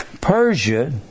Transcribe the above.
Persia